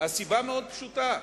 מאוד פשוטה.